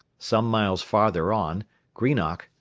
some miles farther on greenock,